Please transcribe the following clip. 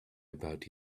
about